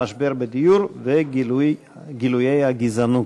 המשבר בדיור וגילויי הגזענות.